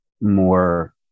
more